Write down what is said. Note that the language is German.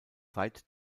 seit